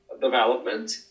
development